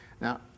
Now